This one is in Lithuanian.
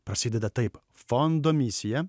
prasideda taip fondo misija